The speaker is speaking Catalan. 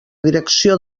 direcció